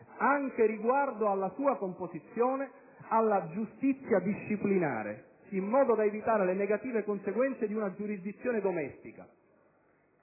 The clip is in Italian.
anche riguardo alla sua composizione - alla giustizia disciplinare in modo da evitare le negative conseguenze di una giurisdizione domestica.